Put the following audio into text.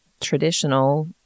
traditional